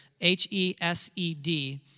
H-E-S-E-D